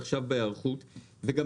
עכשיו בהיערכות לא קרה כי אין גוף מוכר.